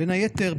בין היתר,